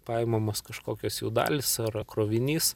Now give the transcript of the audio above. paimamos kažkokios jų dalys ar krovinys